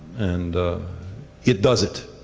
and it does it.